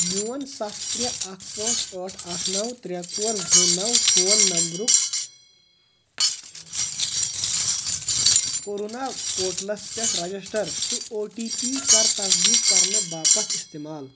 میون سَتھ ترٛے اکھ پانٛژھ ٲٹھ اکھ نو ترٛے ژور زٕ نو فون نمبرک کورونا پوٹلس پٮ۪ٹھ رجسٹر تہٕ او ٹی پی کر تصدیٖق کرنہٕ باپتھ استعمال